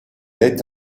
est